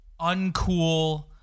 uncool